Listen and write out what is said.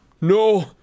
No